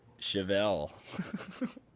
Chevelle